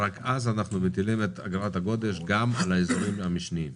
רק אז אנחנו מטילים את אגרת הגודש גם על השעות המשניות.